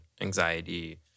anxiety